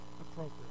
appropriate